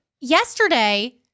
yesterday